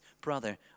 brother